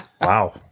Wow